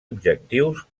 objectius